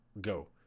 go